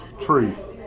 truth